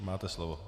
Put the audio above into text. Máte slovo.